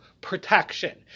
protection